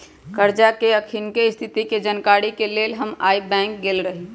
करजा के अखनीके स्थिति के जानकारी के लेल हम आइ बैंक गेल रहि